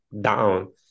down